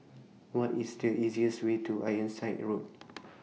What IS The easiest Way to Ironside Road